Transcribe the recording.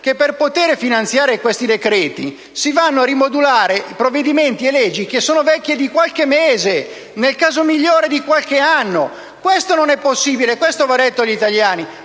che per finanziare questi decreti si vanno a rimodulare provvedimenti e leggi vecchi di qualche mese o, nel caso migliore, di qualche anno. Questo non è possibile e va detto agli italiani.